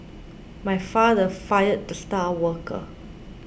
my father fired the star worker